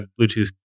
Bluetooth